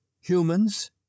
humans